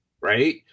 right